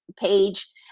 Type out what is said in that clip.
page